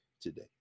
today